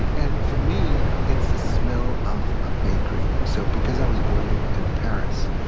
and for me, it's the smell of a bakery so because i was born in in paris,